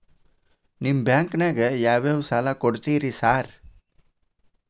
ನಿಮ್ಮ ಬ್ಯಾಂಕಿನಾಗ ಯಾವ್ಯಾವ ಸಾಲ ಕೊಡ್ತೇರಿ ಸಾರ್?